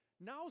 now